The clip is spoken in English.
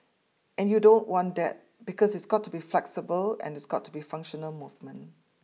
and you don't want that because it's got to be flexible and it's got to be functional movement